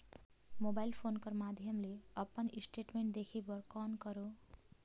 Mobile phone कर माध्यम ले अपन स्टेटमेंट देखे बर कौन करों?